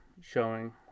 showing